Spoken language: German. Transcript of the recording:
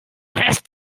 rest